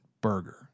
burger